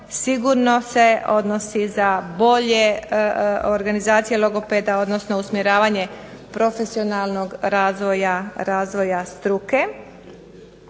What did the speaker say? sigurno se odnosi za bolje organizacije logopeda, odnosno usmjeravanje profesionalnog razvoja struke.